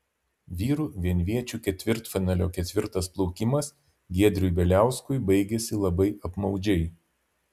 vyrų vienviečių ketvirtfinalio ketvirtas plaukimas giedriui bieliauskui baigėsi labai apmaudžiai